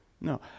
No